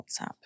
WhatsApp